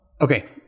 Okay